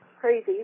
crazy